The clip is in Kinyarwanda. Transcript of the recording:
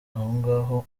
ahongaho